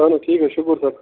اہن حظ ٹھیٖک حظ شکر سر